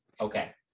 okay